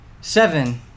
Seven